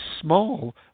small